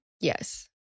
Yes